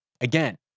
Again